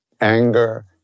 anger